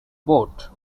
boat